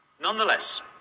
Nonetheless